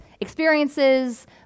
experiences